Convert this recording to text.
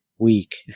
Week